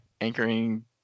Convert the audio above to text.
anchoring